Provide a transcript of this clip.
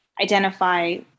identify